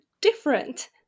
different